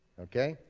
okay,